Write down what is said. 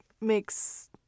makes